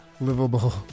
livable